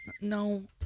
No